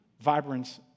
vibrance